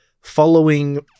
following-